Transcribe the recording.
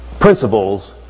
principles